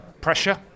Pressure